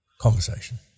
Conversation